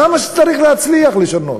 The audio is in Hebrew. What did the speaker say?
למה צריך להצליח לשנות?